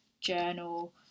journal